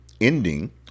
ending